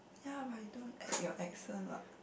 ya but you don't act your accent what